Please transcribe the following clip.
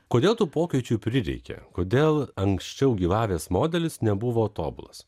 kodėl tų pokyčių prireikė kodėl anksčiau gyvavęs modelis nebuvo tobulas